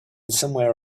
somewhere